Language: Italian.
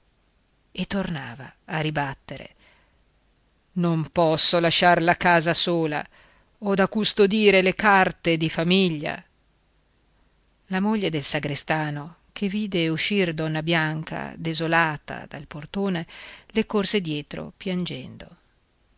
e tornava a ribattere non posso lasciar la casa sola ho da custodire le carte di famiglia la moglie del sagrestano che vide uscire donna bianca desolata dal portone le corse dietro piangendo